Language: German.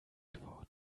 geworden